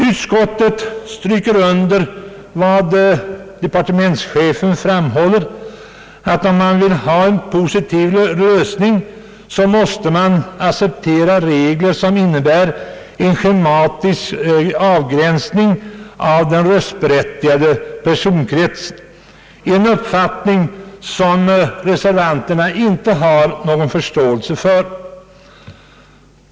Utskottet stryker under vad departementschefen = framhåller = att man, om man vill ha en positiv lösning, måste acceptera regler som innebär en schematisk avgränsning av den röstberättigade personkretsen — en uppfattning som reservanterna inte har någon förståelse för.